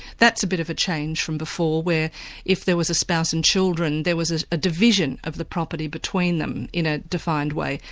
that's a bit of a change from before where if there was a spouse and children there was a a division of the property between them in a defined way.